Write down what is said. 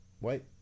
wait